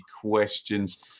questions